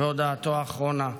בהודעתו האחרונה,